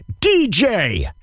DJ